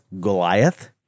Goliath